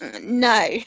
No